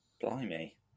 Blimey